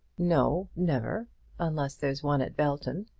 no, never unless there's one at belton.